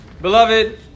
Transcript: Beloved